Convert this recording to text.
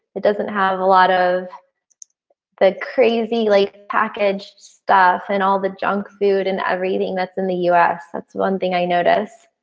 it doesn't have a lot of the crazy like packaged stuff and all the junk food and everything that's in the u s. that's one thing i notice,